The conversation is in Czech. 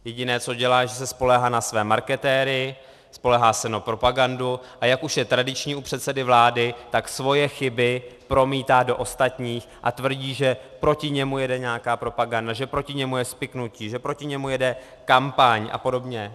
Jediné, co dělá, že se spoléhá na své marketéry, spoléhá se na propagandu, a jak už je tradiční u předsedy vlády, svoje chyby promítá do ostatních a tvrdí, že proti němu jede nějaká propaganda, že proti němu je spiknutí, že proti němu jede kampaň a podobně.